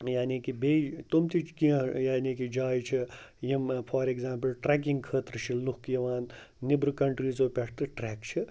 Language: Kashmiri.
یعنی کہِ بیٚیہِ تِم تہٕ چھِ کیٚنٛہہ یعنی کہِ جایہِ چھِ یِم فار اٮ۪گزامپٕل ٹرٛٮ۪کِنٛگ خٲطرٕ چھِ لُکھ یِوان نیٚبرٕ کَنٹرٛیٖزو پٮ۪ٹھ تہٕ ٹرٛٮ۪ک چھِ